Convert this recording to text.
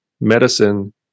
medicine